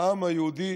העם היהודי